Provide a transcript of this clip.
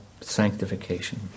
sanctification